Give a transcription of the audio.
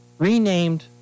renamed